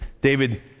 David